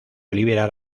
liberar